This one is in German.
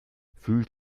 fühlt